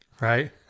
right